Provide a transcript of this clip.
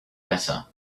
better